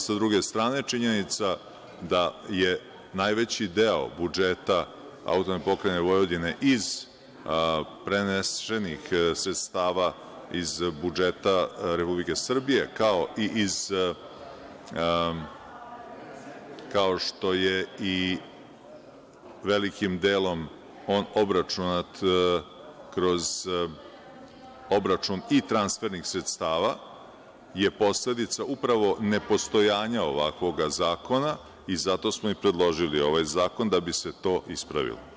Sa druge strane, činjenica da je najveći deo budžeta AP Vojvodine iz prenesenih sredstava budžeta Republike Srbije, kao što je i velikim delom on obračunat kroz obračun i transfernih sredstava, je posledica upravo nepostojanja ovakvog zakona i zato smo i predložili ovaj zakona, da bi se to ispravilo.